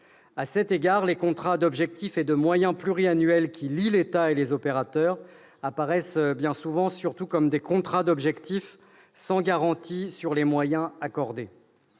À cet égard, les contrats d'objectifs et de moyens pluriannuels qui lient l'État et les opérateurs apparaissent surtout comme des contrats d'objectifs sans garantie sur les moyens accordés.